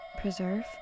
preserve